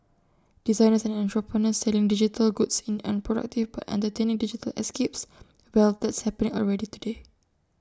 designers and entrepreneurs selling digital goods in unproductive but entertaining digital escapes well that's happening already today